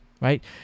Right